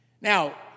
Now